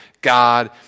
God